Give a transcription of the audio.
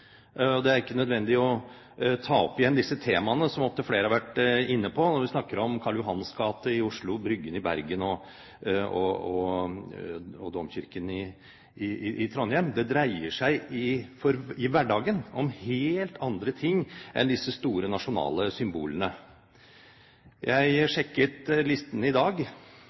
Det er ikke nødvendig å ta opp igjen disse temaene som opptil flere har vært inne på når man snakker om Karl Johans gate i Oslo, Bryggen i Bergen og Domkirken i Trondheim. Det dreier seg i hverdagen om helt andre ting enn disse store nasjonale symbolene. Jeg sjekket listen i dag.